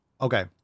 Okay